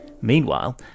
Meanwhile